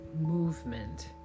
movement